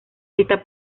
esta